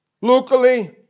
Locally